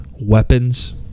weapons